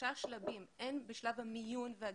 שבשלושה שלבים - הן בשלב המיון והגיוס,